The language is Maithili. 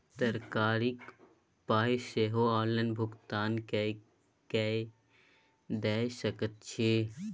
तरकारीक पाय सेहो ऑनलाइन भुगतान कए कय दए सकैत छी